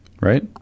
right